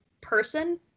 person